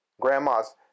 Grandmas